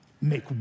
Make